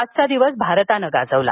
आजचा दिवस भारतानं गाजवला